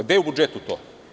Gde je u budžetu to?